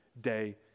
day